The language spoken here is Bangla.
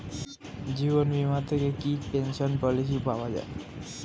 জীবন বীমা থেকে কি পেনশন পলিসি পাওয়া যায়?